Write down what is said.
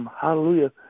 hallelujah